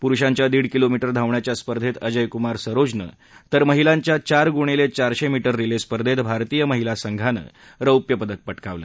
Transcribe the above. पुरुषांच्या दीड किलोमीटर धावण्याच्या स्पर्धेत अजयकुमार सरोजनं तर महिलांच्या चार गुणीले चारशे मीटर रिले स्पर्धेत भारतीय महिला संघानं रौप्य पदक पटकावलं